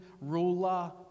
ruler